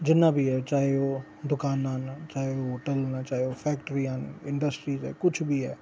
जिन्ना बी ऐ चाहे ओह् दकानां न चाहे ओह् होटल न चाहे ओह् फैक्ट्रियां न इंड़स्ट्रियां न किश बी ऐ